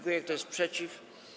Kto jest przeciw?